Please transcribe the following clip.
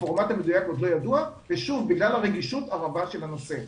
הפורמט המדויק עוד לא ידוע בגלל הרגישות הרבה של הנושא.